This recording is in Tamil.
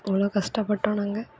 அவ்வளோ கஷ்டப்பட்டோம் நாங்கள்